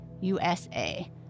USA